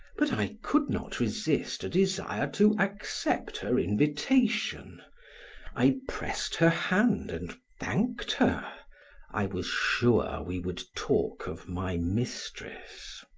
but i could not resist a desire to accept her invitation i pressed her hand and thanked her i was sure we would talk of my mistress.